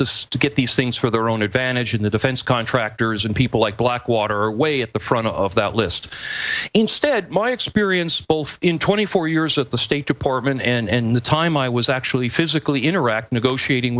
to to get these things for their own advantage in the defense contractors and people like blackwater way at the front of that list instead my experience both in twenty four years at the state department and the time i was actually physically interact negotiating